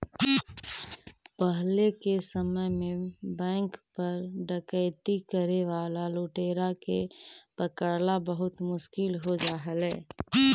पहिले के समय में बैंक पर डकैती करे वाला लुटेरा के पकड़ला बहुत मुश्किल हो जा हलइ